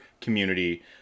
community